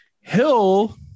Hill